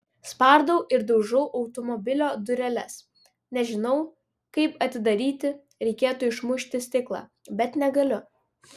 spardau ir daužau automobilio dureles nežinau kaip atidaryti reikėtų išmušti stiklą bet negaliu